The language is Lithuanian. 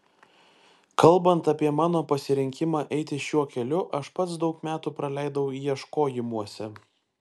kalbant apie mano pasirinkimą eiti šiuo keliu aš pats daug metų praleidau ieškojimuose